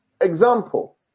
example